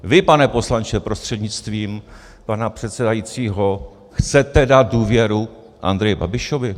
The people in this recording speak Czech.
Vy, pane poslanče prostřednictvím pana předsedajícího, chcete dát důvěru Andreji Babišovi?